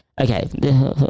okay